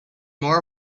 more